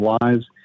lives